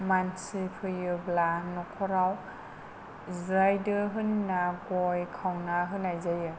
मानसि फैयोब्ला न'खराव जिरायदो होनना गय खावना होनाय जायो